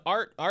Art